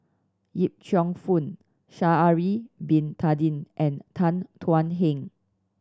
Yip Cheong Fun Sha'ari Bin Tadin and Tan Thuan Heng